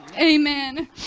Amen